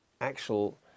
actual